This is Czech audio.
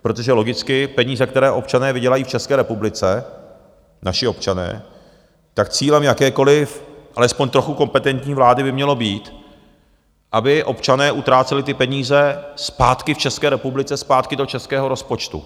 Protože logicky peníze, které občané vydělají v České republice, naši občané, tak cílem jakékoliv alespoň trochu kompetentní vlády by mělo být, aby občané utráceli ty peníze zpátky v České republice, zpátky do českého rozpočtu.